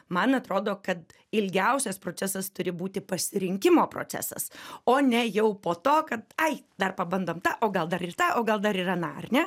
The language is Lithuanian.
man atrodo kad ilgiausias procesas turi būti pasirinkimo procesas o ne jau po to kad ai dar pabandom tą o gal dar ir tą o gal dar ir aną ar ne